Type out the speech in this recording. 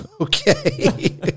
okay